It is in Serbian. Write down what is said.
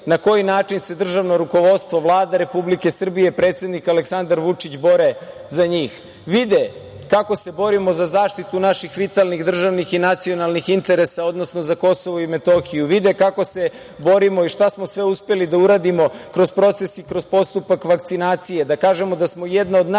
na koji način se državno rukovodstvo, Vlada Republike Srbije, predsednik Aleksandar Vučić bore za njih. Vide kako se borimo za zaštitu naših vitalnih državnih i nacionalnih interesa, odnosno za KiM, vide kako se borimo i šta smo sve uspeli da uradimo kroz proces i kroz postupak vakcinacije,